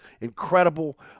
incredible